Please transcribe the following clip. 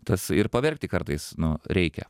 tas ir paverkti kartais nu reikia